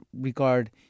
regard